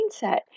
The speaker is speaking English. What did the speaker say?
mindset